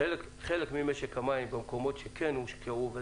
בחלק ממשק המים במקומות שטופלו,